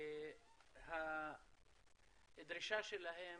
והדרישה שלהן